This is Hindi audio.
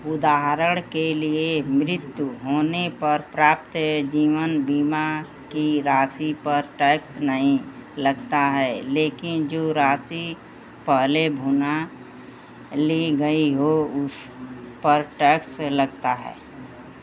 उदाहरण के लिए मृत्यु होने पर प्राप्त जीवन बीमा की राशि पर टैक्स नहीं लगता है लेकिन जो राशि पहले भुना ली गई हो उस पर टैक्स लगता है